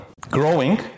growing